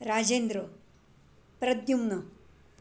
Rajendra Pradyumna